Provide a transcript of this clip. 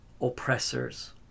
oppressors